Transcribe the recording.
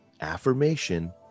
Affirmation